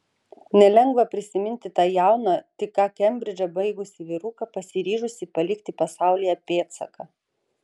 nelengva prisiminti tą jauną tik ką kembridžą baigusį vyruką pasiryžusį palikti pasaulyje pėdsaką